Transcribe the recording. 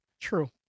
True